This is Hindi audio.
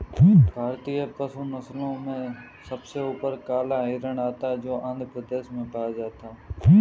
भारतीय पशु नस्लों में सबसे ऊपर काला हिरण आता है जो आंध्र प्रदेश में पाया जाता है